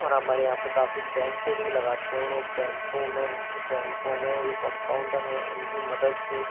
और हमारे यहाँ पे काफ़ी कैंप भी लगाते हैं उन कैंपो में कैंपो में जो कम्पाउंडर है उनकी मदद से